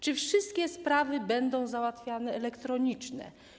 Czy wszystkie sprawy będą załatwiane elektronicznie?